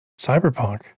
Cyberpunk